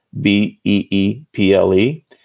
B-E-E-P-L-E